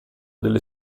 delle